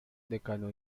decano